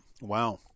Wow